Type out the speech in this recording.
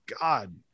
god